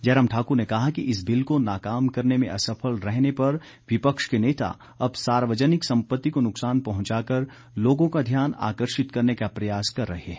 जयराम ठाकुर ने कहा कि इस बिल को नाकाम करने में असफल रहने पर विपक्ष के नेता अब सार्वजनिक संपत्ति को नुकसान पहुंचाकर लोगों का ध्यान आकर्षित करने का प्रयास कर रहे हैं